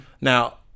Now